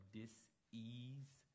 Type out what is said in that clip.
dis-ease